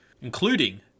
including